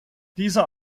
dieser